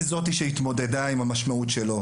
היא זאתי שהתמודדה עם המשמעות שלו,